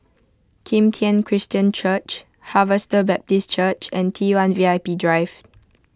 Kim Tian Christian Church Harvester Baptist Church and T one V I P Drive